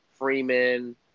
Freeman